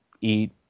eat